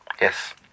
Yes